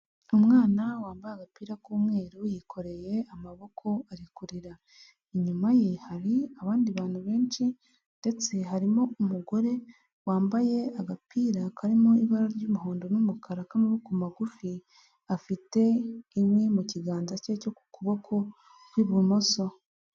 Umwana wambaye agapira k'umweru yikoreye amaboko ari kurira, inyuma ye hari abandi bantu benshi ndetse harimo umugore wambaye agapira karimo ibara ry'umuhondo n'umukara k'amaboko magufi, afite inkwi mu kiganza ke cyo ku kuboko kw'ibumoso.